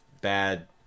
bad